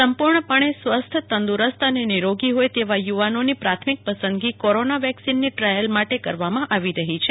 સંપૂર્ણપણે સ્વસ્થ તંદ્રરસ્ત અને નિરોગી હોય તેવા યુવાનોની પ્રાથમિક પસંદગી ક ોરોના વેકિસનની ટ્રાયલ માટે કરવામાં આવી રહી છે